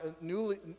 newly